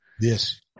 Yes